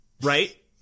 right